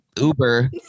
Uber